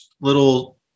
little